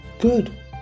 good